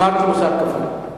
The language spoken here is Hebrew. מוסר כפול.